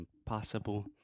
impossible